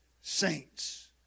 saints